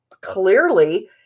clearly